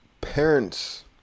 parents